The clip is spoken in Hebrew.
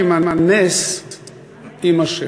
עם כל הבעייתיות שהציגו כאן חברי,